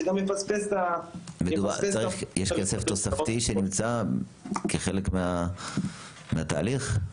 יש כסף תוספתי שנמצא כחלק מהתהליך?